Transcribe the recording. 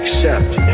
accept